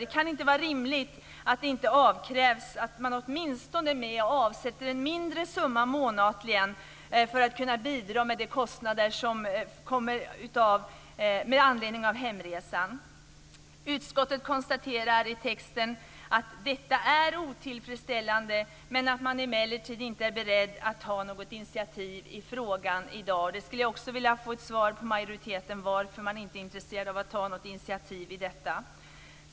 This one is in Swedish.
Det kan inte vara rimligt att det inte avkrävs att man åtminstone är med och avsätter en mindre summa månatligen för att kunna bidra till att täcka de kostnader som uppkommer med anledning av hemresan. Utskottet konstaterar i texten att detta är otillfredsställande men att man inte är beredd att ta något initiativ i frågan i dag. Också där skulle jag vilja ha ett svar från majoriteten på frågan om varför man inte är intresserad av att ta ett initiativ i detta sammanhang.